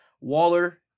Waller